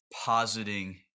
positing